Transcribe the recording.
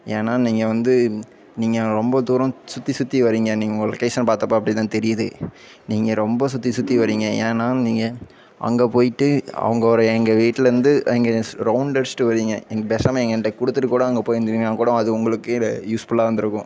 ஏன்னா நீங்கள் வந்து நீங்கள் ரொம்ப தூரம் சுற்றி சுற்றி வரீங்க நீங்கள் உங்கள் லொக்கேஷன் பார்த்தப்ப அப்படித்தான் தெரியூது நீங்கள் ரொம்ப சுற்றி சுற்றி வரீங்க ஏன்னா நீங்கள் அங்கே போய்விட்டு அவங்களோட எங்கள் வீட்லேருந்து இங்கே ரௌண்ட்டச்சிட்டு வரீங்க இதற்கு பேசாமல் எனக்கு கொடுத்துட்டுக்கூட அங்கே போயிருந்தீங்கன்னா கூட அது உங்களுக்கேட யூஸ்ஃபுல்லாக இருந்துருக்கும்